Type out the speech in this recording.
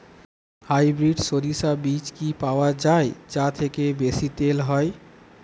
Hybrid শরিষা বীজ কি পাওয়া য়ায় যা থেকে বেশি তেল হয়?